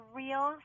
real